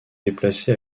déplacé